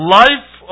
life